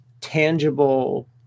tangible